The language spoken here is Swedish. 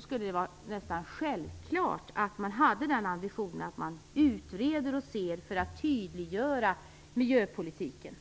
skulle nästan vara självklart att man hade ambitionen att utreda för att tydliggöra miljöpolitiken.